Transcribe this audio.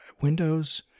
Windows